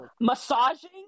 Massaging